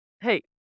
Hey